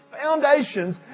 foundations